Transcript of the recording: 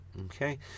Okay